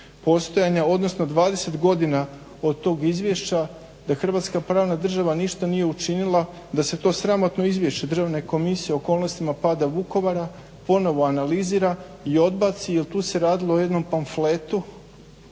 postojanja, odnosno 20 godina od tog izvješća da Hrvatska pravna država ništa nije učinila da se to sramotno izviješće državne komisije o okolnostima pada Vukovara ponovo analizira i odbaci jer tu se radilo o jednom pamfletu